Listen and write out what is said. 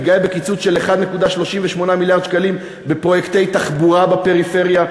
מתגאה בקיצוץ של 1.38 מיליארד שקלים בפרויקטי תחבורה בפריפריה?